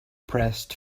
pressed